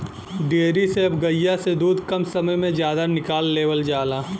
dairy से अब गइया से दूध कम समय में जादा निकाल लेवल जाला